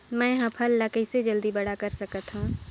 मैं ह फल ला कइसे जल्दी बड़ा कर सकत हव?